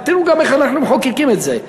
תראו גם איך מחוקקים את זה.